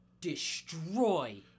destroy